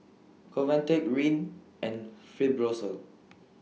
Convatec Rene and Fibrosol